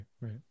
right